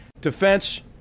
Defense